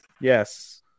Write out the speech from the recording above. Yes